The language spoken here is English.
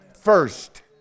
first